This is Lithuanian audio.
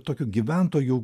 tokiu gyventoju